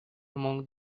among